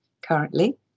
currently